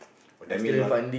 oh that mean you are